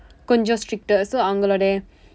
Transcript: கொஞ்சம்:konjsam stricter so அவங்களுடைய:avangkaludaiya